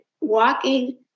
walking